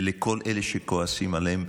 ולכל אלה שכועסים עליהם,